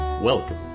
Welcome